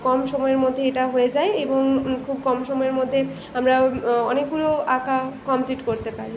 কম সময়ের মধ্যে এটা হয়ে যায় এবং খুব কম সময়ের মধ্যে আমরা অনেকগুলো আঁকা কমপ্লিট করতে পারি